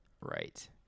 right